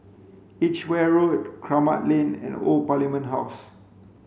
Edgeware Road Kramat Lane and Old Parliament House